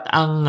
ang